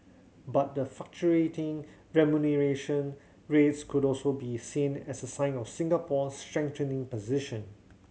but the fluctuating remuneration rates could also be seen as a sign of Singapore's strengthening position